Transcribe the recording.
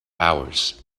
hours